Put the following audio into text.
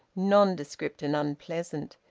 nondescript and unpleasant,